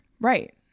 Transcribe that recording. Right